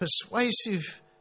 persuasive